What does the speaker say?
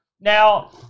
Now